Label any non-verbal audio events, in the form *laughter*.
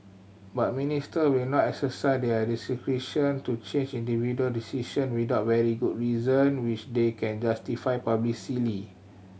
but Minister will not *unintelligible* their discretion to change individual decision without very good reason which they can justify *unintelligible*